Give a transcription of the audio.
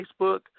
Facebook